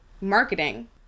marketing